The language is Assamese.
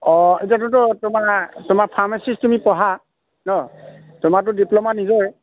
অঁ এতিয়াতো তোমাৰ তোমাৰ ফাৰ্মাচিষ্ট তুমি পঢ়া ন তোমাৰতো ডিপ্ল'মা নিজৰে